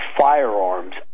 firearms